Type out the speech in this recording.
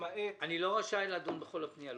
למעט -- אני לא רשאי לדון בכל הפנייה.